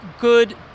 good